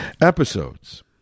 episodes